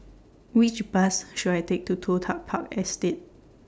Which Bus should I Take to Toh Tuck Park Estate